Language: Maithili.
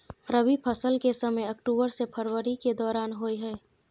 रबी फसल के समय अक्टूबर से फरवरी के दौरान होय हय